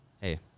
hey